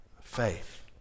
faith